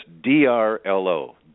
D-R-L-O